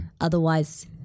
Otherwise